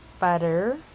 butter